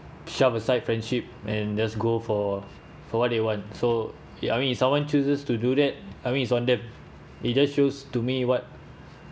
shove aside friendship and just go for for what they want so ya I mean if someone chooses to do that I mean it's on them it just shows to me what